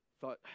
thought